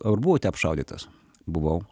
ar buvote apšaudytas buvau